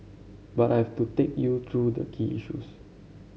but I have to take you through the key issues